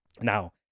Now